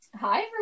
Hi